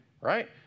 right